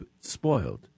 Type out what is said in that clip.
spoiled